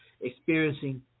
experiencing